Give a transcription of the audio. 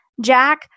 Jack